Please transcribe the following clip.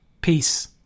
Peace